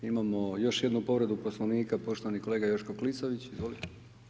Imamo još jednu povredu Poslovnika, poštovani kolega Joško Klisović, izvolite.